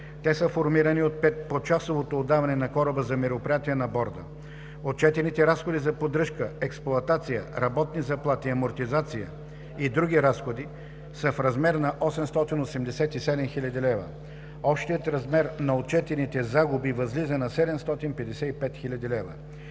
Те са формирани от почасовото отдаване на кораба за мероприятия на борда. Отчетените разходи за поддръжка, експлоатация, работни заплати, амортизация и други разходи, са в размер на 887 хил. лв. Общият размер на отчетените загуби възлиза на 755 хил. лв.